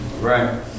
Right